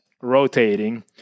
rotating